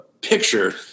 picture